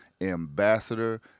ambassador